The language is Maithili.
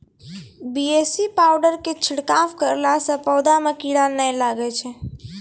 बी.ए.सी पाउडर के छिड़काव करला से पौधा मे कीड़ा नैय लागै छै?